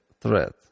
threat